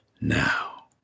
now